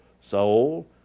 soul